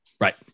Right